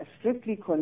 strictly